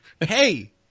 hey